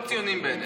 לא ציונים בעיניך.